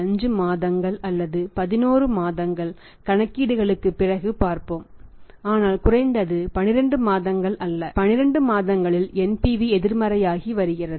5 மாதங்கள் அல்லது 11 மாதங்கள் கணக்கீடுகளுக்குப் பிறகு பார்ப்போம் ஆனால் குறைந்தது 12 மாதங்கள் அல்ல 12 மாதங்களில் NPV எதிர்மறையாகி வருகிறது